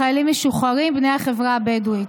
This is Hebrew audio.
לחיילים משוחררים בני החברה הבדואית.